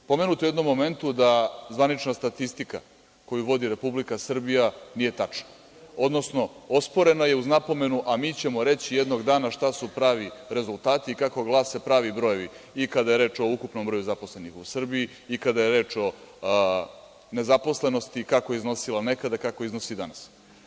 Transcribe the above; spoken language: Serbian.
Pomenuto je u jednom momentu da zvanična statistika koju vodi Republika Srbija nije tačna, odnosno osporena je uz napomenu – a, mi ćemo reći jednog dana šta su pravi rezultati i kako glase pravi brojevi i kada je reč o ukupnom broju zaposlenih u Srbiji i kada je reč o nezaposlenosti, kako je iznosila nekada, kako iznosi danas.